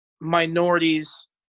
minorities